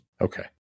okay